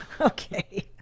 Okay